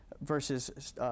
versus